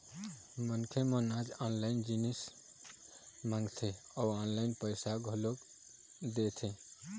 मनखे मन आज ऑनलाइन जिनिस मंगाथे अउ ऑनलाइन पइसा घलोक दे देथे